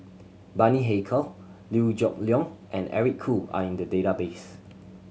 Bani Haykal Liew Geok Leong and Eric Khoo are in the database